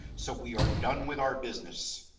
so we are done with our business.